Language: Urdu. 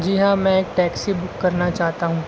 جی ہاں میں ایک ٹیکسی بک کرنا چاہتا ہوں